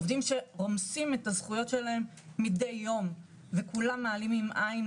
עובדים שרומסים את הזכויות שלהם מידי יום וכולם מעלימים מזה עין,